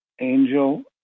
Angel